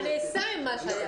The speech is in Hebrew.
מה נעשה עם מה שהיה